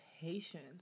patience